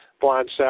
blonde